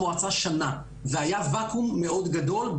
והיה ואקום מאוד גדול.